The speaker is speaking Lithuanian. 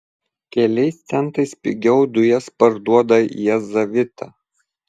keliais centais pigiau dujas parduoda jazavita